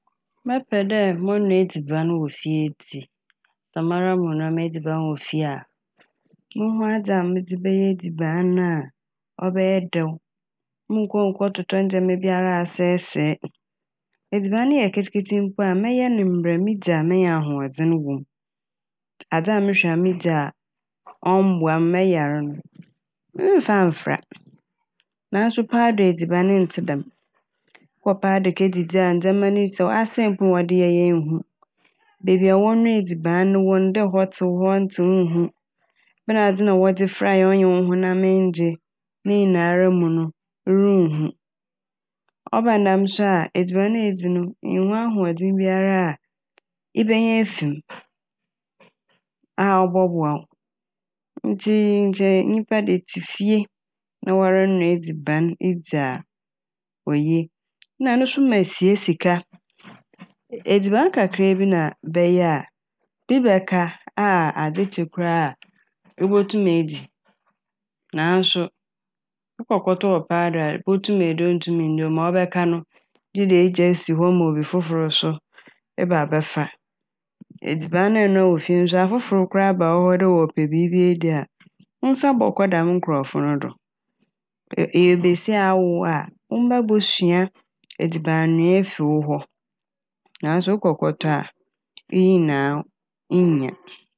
Mɛpɛ dɛ mɔnua edziban wɔ fie edzi na mara mɔnoa m'edziban wɔ fie a, mohu adze a medze bɛyɛ edziban na a ɔbɛyɛ dɛw. Monnkɔ nnkɔtotɔ ndzɛma biara asɛesɛe. Edziban no yɛ ketseketse mpo a mɛyɛ ne mbrɛ midzi a menya ahoɔdzen wɔ mu. Adze a mohwɛ a medzi a ɔmmboa m' mɛyar no memmfa mfora naaso paado edziban ntsi dɛm. Ekɔ paado kedzidzi a ndzɛma no sɛ wɔasɛe mpo a na wɔde yɛɛ mpo a ennhu. Beebi a wɔnoa edziban no wɔ hɔ no sɛ hɔ tsew, hɔ nntsew nnhu, ebɛnadze na wɔdze fora yɛe a ɔnnye wo honam nngye ne nyinara mu no erunnhu. Ɔba ne dɛm so a edziban na a idzi no nnhu ahoɔdzen biara a ebenya efi m' a ɔbɔboa wo. Ntsi nkyɛ nyimpa dze etse fie na wara noa edziban edzi a oye na no so ma esie sika. Edziban kakra bi na ebɛyɛ a bi bɛka a ade kye koraa ibotum edzi naaso ekɔ kɔtɔ wɔ paado a ibotum edi o, nntum enndi o ,ma ɔbɛka no gye dɛ igya si hɔ ma obi fofor so eba bɛfa. Edziban no a enoa wɔ fie nso afofor koraa ba wo hɔ wɔ dɛ wɔpɛ biibi edi a wo nsa bɔkɔ dɛm nkorɔfo no do. Ee- eyɛ basia a awo a wo mba bosua edziban noa efi wo hɔ naaso ekɔ kɔtɔ a iyi- iyi nyinaa innya.